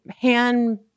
hand